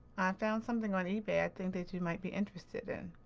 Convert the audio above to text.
found something on ebay i think that you might be interested in.